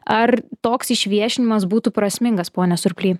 ar toks išviešinimas būtų prasmingas pone surply